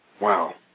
Wow